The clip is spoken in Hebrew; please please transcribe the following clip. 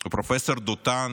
את פרופ' דותן